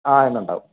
ആ ഇന്നുണ്ടാവും